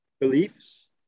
beliefs